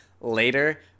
Later